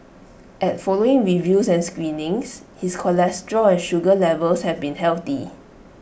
at following reviews and screenings his cholesterol and sugar levels have been healthy